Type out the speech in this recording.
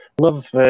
love